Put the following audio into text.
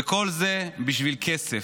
וכל זה בשביל כסף.